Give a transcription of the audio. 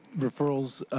referrals